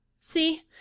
See